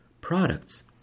products